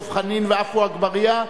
דב חנין ועפו אגבאריה,